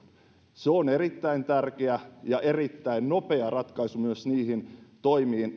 se on erittäin tärkeä ja erittäin nopea ratkaisu myös niihin toimiin